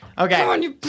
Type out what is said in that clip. Okay